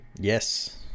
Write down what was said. yes